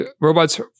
robots